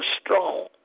strong